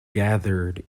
gathered